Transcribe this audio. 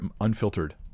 unfiltered